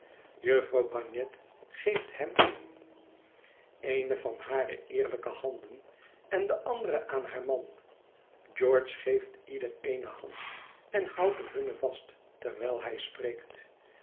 jufvrouw bagnet geeft hem eene van hare eerlijke handen en de andere aan haar man george geeft ieder eene hand en houdt de hunne vast terwijl hij spreekt